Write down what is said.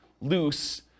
loose